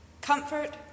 Comfort